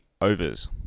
overs